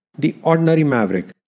#TheOrdinaryMaverick